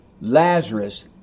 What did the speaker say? Lazarus